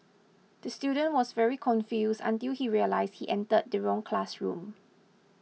the student was very confused until he realised he entered the wrong classroom